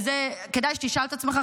וזה כדאי שתשאל את עצמך,